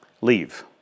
leave